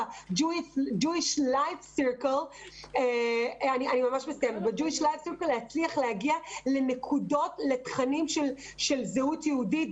ב-Jewish life circle להצליח להגיע לתכנים של זהות יהודית,